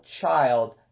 child